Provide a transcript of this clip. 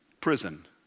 Prison